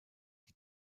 die